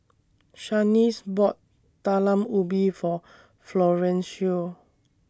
Shaniece bought Talam Ubi For Florencio